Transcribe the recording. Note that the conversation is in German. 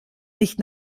nicht